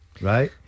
Right